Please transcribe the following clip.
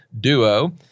duo